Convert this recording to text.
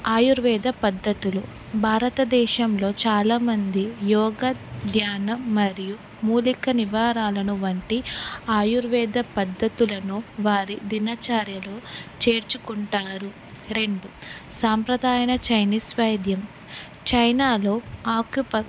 ఆయుర్వేద పద్ధతులు భారతదేశంలో చాలామంది యోగధ్యాన మరియు మూలిక నివారాలను వంటి ఆయుర్వేద పద్ధతులను వారి దినచార్యలో చేర్చుకుంటారు రెండు సాంప్రదాయన చైనీస్ వైద్యం చైనాలో ఆక్యుప